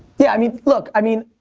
yeah, i mean look. i mean